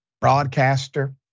broadcaster